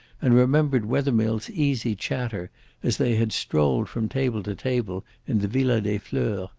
and remembered wethermill's easy chatter as they had strolled from table to table in the villa des fleurs,